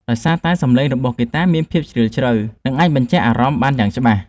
ដោយសារតែសំឡេងរបស់ហ្គីតាមានភាពជ្រាលជ្រៅ និងអាចបញ្ជាក់អារម្មណ៍បានយ៉ាងច្បាស់